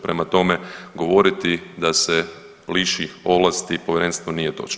Prema tome, govoriti da se liši ovlasti Povjerenstvo nije točno.